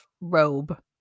robe